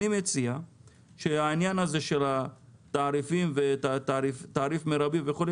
אני מציע שהעניין הזה של התעריפים ותעריף מרבי וכו',